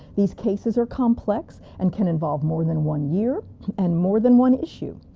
these cases are complex and can involve more than one year and more than one issue.